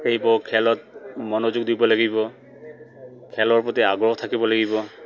এইবোৰ খেলত মনোযোগ দিব লাগিব খেলৰ প্ৰতি আগ্ৰহ থাকিব লাগিব